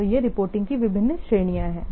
तो ये रिपोर्टिंग की विभिन्न श्रेणियां हैं